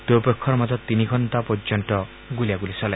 দুয়োপক্ষৰ মাজত তিনি ঘণ্টা পৰ্যন্ত গুলীয়াগুলী চলে